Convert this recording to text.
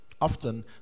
Often